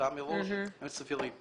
הודעה מראש הם סבירים.